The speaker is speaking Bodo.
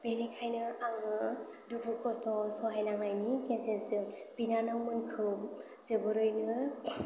बेनिखायनो आङो दुखु खस्थ' सहाय नांनायनि गेजेरजों बिनानावमोनखौ जोबोरैनो